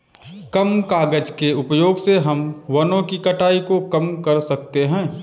कम कागज़ के उपयोग से हम वनो की कटाई को कम कर सकते है